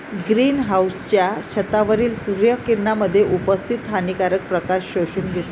green हाउसच्या छतावरील सूर्य किरणांमध्ये उपस्थित हानिकारक प्रकाश शोषून घेतो